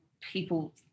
people